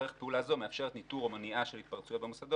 דרך פעולה זו מאפשרת ניטור ומניעה של התפרצויות במוסדות.